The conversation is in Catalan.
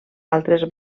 altres